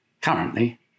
currently